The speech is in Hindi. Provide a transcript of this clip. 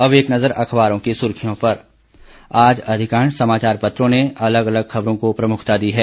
अब एक नज़र अखबारों की सुर्खियों पर आज अधिकांश समाचार पत्रों ने अलग अलग खबरों को प्रमुखता दी है